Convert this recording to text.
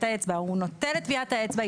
הוא נוטל את טביעת האצבע,